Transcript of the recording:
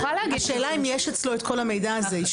השאלה אם יש אצלו את כל המידע הזה.